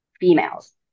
females